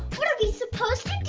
we supposed